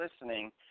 listening